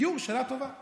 גיור זה שאלה טובה.